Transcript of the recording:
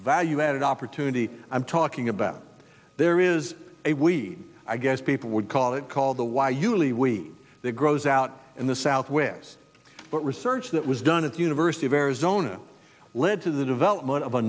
value added opportunity i'm talking about there is a weed i guess people would call it call the y usually weed that grows out in the southwest but research that was done at the university of arizona led to the development of a